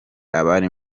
abari